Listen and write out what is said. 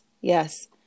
Yes